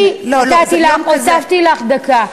אני הוספתי לך דקה.